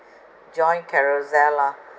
join carousell lah